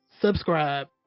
subscribe